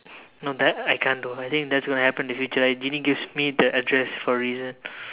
no that I can't do I think that is going to happen in the future like genie gives me the address for a reason